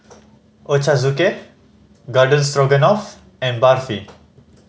Ochazuke Garden Stroganoff and Barfi